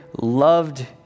loved